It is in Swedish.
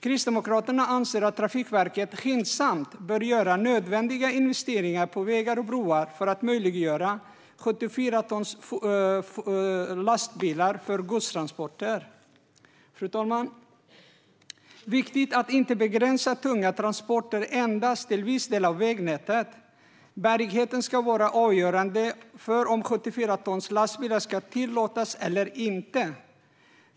Kristdemokraterna anser att Trafikverket skyndsamt bör göra nödvändiga investeringar i vägar och broar för att möjliggöra 74-tonslastbilar som godstransporter. Fru talman! Det är viktigt att inte begränsa tunga transporter endast till en viss del av vägnätet. Bärigheten ska vara avgörande för om 74-tonslastbilar ska tillåtas eller inte.